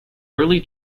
early